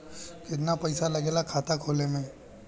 कितना पैसा लागेला खाता खोले में?